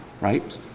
right